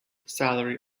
salary